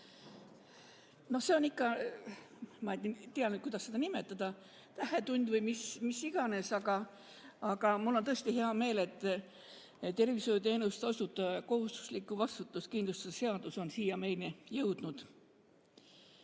No see on ikka, ma ei tea nüüd, kuidas seda nimetada, tähetund või mis iganes, aga mul on tõesti hea meel, et tervishoiuteenuse osutaja kohustusliku vastutuskindlustuse seadus on siia meile jõudnud.